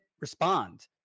respond